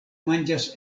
manĝas